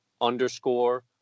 Underscore